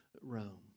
Rome